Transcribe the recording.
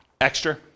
Extra